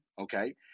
okay